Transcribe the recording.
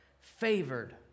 Favored